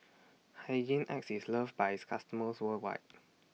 Hygin X IS loved By its customers worldwide